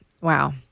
Wow